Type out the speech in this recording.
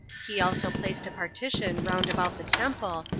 he also placed a partition round about the temple,